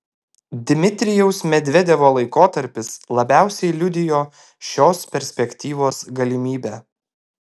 dmitrijaus medvedevo laikotarpis labiausiai liudijo šios perspektyvos galimybę